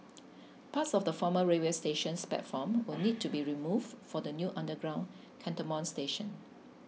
parts of the former railway station's platform will need to be removed for the new underground Cantonment station